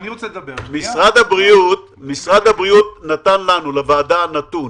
משרד הבריאות נתן לוועדה נתון